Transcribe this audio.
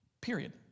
Period